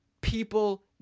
people